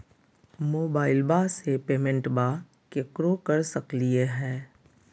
मोबाइलबा से पेमेंटबा केकरो कर सकलिए है?